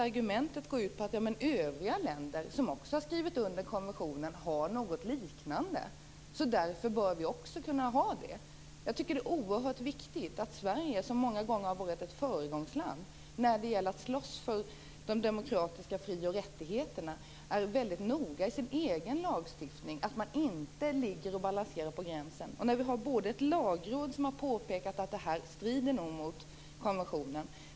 Argumentet går ut på att övriga länder som också har skrivit under konventionen har något liknande och därför bör vi också kunna ha det. Jag tycker att det är oerhört viktigt att vi i Sverige, som många gånger har varit ett föregångsland när det gäller att slåss för de demokratiska fri och rättigheterna, är väldigt noga i vår egen lagstiftning så att vi inte balanserar på gränsen. Lagrådet har påpekat att förslaget nog strider mot konventionen.